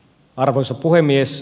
arvoisa puhemies